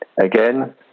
Again